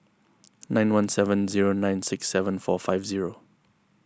nine one seven zero nine six seven four five zero